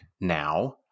now